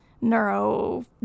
neuro